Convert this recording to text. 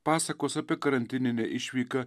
pasakos apie karantininę išvyką